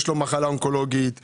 יש לו מחלה אונקולוגית,